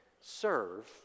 serve